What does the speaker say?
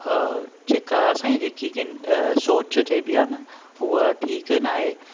अ जेका असांजी जेकी किनि सोच चइबी आहे न हुअ ठीकु ना आहे